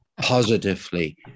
positively